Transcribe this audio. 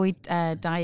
diet